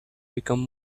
become